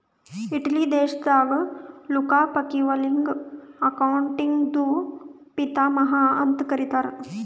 Italy ದೇಶದಾಗ್ Luca ಪಕಿಒಲಿಗ ಅಕೌಂಟಿಂಗ್ದು ಪಿತಾಮಹಾ ಅಂತ್ ಕರಿತ್ತಾರ್